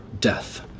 death